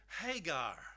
Hagar